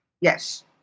yes